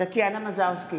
טטיאנה מזרסקי,